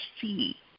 see